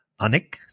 Anik